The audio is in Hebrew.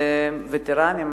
לווטרנים,